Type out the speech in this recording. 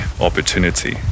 opportunity